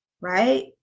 right